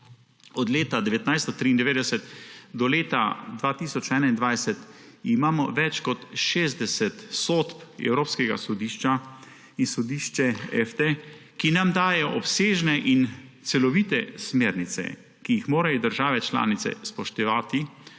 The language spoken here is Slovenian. Od leta 1993 do leta 2021 imamo več kot 60 sodb Evropskega sodišča in sodišča EFTA, ki nam dajejo obsežene in celovite smernice, ki jih morajo države članice spoštovati,